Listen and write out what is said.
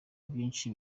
byinshi